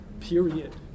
period